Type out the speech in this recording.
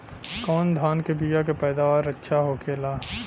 कवन धान के बीया के पैदावार अच्छा होखेला?